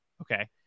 Okay